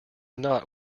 not